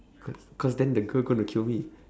cause cause then the girl gonna kill me